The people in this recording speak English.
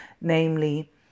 Namely